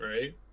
right